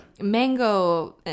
mango